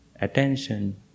attention